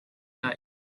not